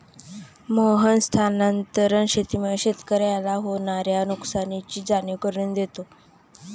मोहन स्थानांतरण शेतीमुळे शेतकऱ्याला होणार्या नुकसानीची जाणीव करून देतो